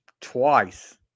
twice